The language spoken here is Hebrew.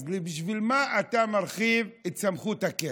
אז בשביל מה אתה מרחיב את סמכות הקרן?